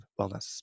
wellness